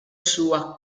sua